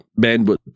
bandwidth